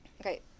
Okay